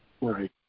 Right